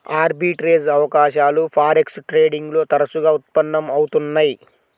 arbitrage అవకాశాలు forex trading లో తరచుగా ఉత్పన్నం అవుతున్నయ్యి